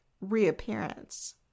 reappearance